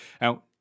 now